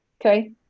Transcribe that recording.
okay